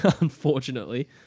Unfortunately